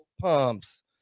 pumps